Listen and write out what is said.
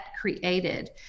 created